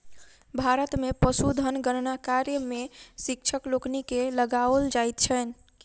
भारत मे पशुधन गणना कार्य मे शिक्षक लोकनि के लगाओल जाइत छैन